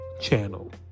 channel